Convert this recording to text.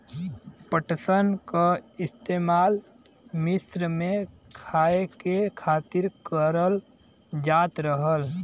पटसन क इस्तेमाल मिस्र में खाए के खातिर करल जात रहल